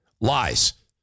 Lies